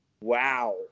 Wow